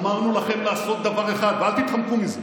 אמרנו לכם לעשות דבר אחד, ואל תתחמקו מזה.